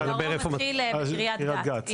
בקריית גת.